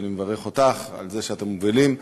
אני מברך אותך על זה שאתם מובילים,